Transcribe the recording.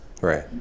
Right